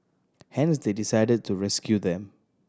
hence they decided to rescue them